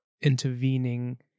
intervening